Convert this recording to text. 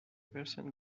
persian